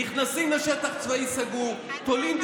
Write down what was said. חוצפן, חוצפן.